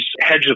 hedge